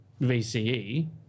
VCE